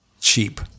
cheap